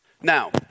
Now